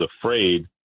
afraid